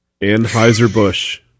Anheuser-Busch